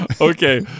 Okay